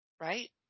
Right